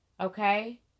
Okay